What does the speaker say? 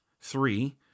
Three